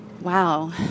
Wow